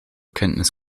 kenntnis